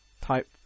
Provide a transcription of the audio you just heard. type